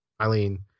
Eileen